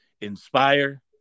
inspire